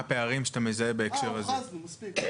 אה, הוכרזנו, מספיק,